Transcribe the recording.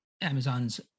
Amazon's